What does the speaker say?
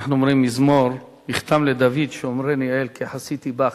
אנחנו אומרים מזמור: "מכתם לדוד שמרני אל כי חסיתי בך.